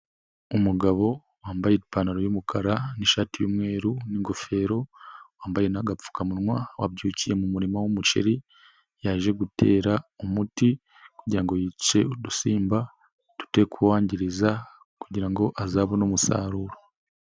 Umugabo wambaye ipantaro y'umukara n'ishati y'umweru n'ingofero, wambaye nagapfukamunwa, wabyukiye mu murima w'umuceri, yaje gutera umuti kugirango ngo yice udusimba tute kuwangiriza kugirango ngo azabone umusaruro.